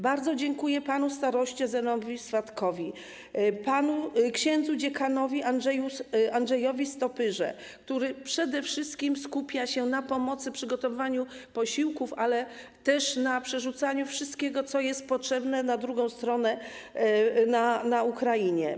Bardzo dziękuję panu staroście Zenonowi Swatkowi, księdzu dziekanowi Andrzejowi Stopyrze, który przede wszystkim skupia się na pomocy w przygotowywaniu posiłków, ale też na przerzucaniu wszystkiego, co jest potrzebne, na drugą stronę, na Ukrainę.